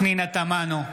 פנינה תמנו,